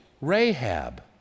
Rahab